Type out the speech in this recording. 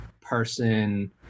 person